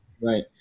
Right